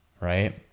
Right